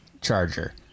charger